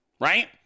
right